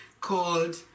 called